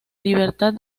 libertad